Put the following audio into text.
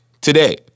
today